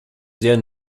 sehr